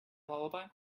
lullaby